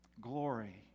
Glory